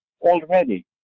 already